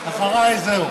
אחריי זהו.